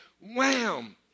Wham